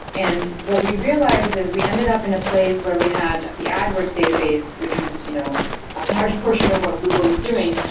and what we've realized is we ended up in a place where we had the adwords database, which was you know a large portion of what google was doing,